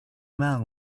man